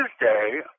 Tuesday